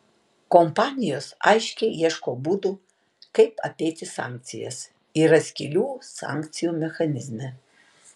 kompanijos aiškiai ieško būdų kaip apeiti sankcijas yra skylių sankcijų mechanizme